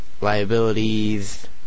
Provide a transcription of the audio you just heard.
liabilities